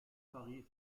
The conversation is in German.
paris